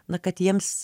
na kad jiems